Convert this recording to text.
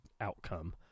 outcome